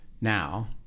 now